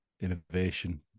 innovation